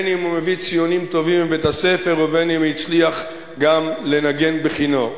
בין אם הוא מביא ציונים טובים מבית-הספר ובין אם הצליח גם לנגן בכינור.